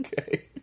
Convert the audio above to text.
Okay